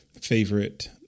favorite